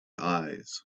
eyes